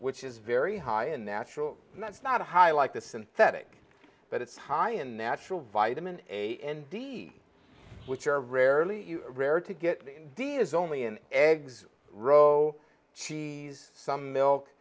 which is very high in natural and that's not a high like the synthetic but it's high in natural vitamin a indeed which are rarely rare to get in the is only an exit row cheese some milk